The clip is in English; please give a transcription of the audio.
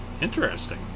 Interesting